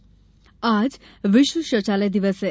शौचालय दिवस आज विश्व शौचालय दिवस है